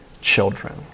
children